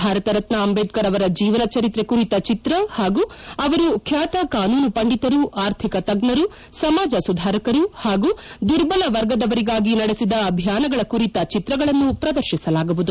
ಭಾರತ ರತ್ನ ಅಂದೇಡ್ತರ್ ಅವರ ಜೀವನ ಚರಿತ್ರೆ ಕುರಿತ ಚಿತ್ರ ಹಾಗೂ ಅವರು ಬ್ಲಾತ ಕಾನೂನು ಪಂಡಿತರು ಅರ್ಥಿಕ ತಜ್ಜರು ಸಮಾಜ ಸುಧಾರಕರು ಹಾಗೂ ದುರ್ಬಲವರ್ಗದವರಿಗಾಗಿ ನಡೆಸಿದ ಅಭಿಯಾನಗಳ ಕುರಿತ ಚಿತ್ರಗಳನ್ನು ಪ್ರದರ್ತಿಸಲಾಗುವುದು